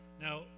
Now